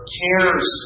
cares